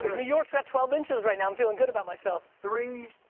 new york's at twelve inches right now i'm feeling good about myself. three